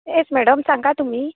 एक मेडम सांगा तुमी